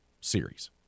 series